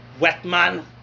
Wetman